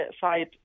side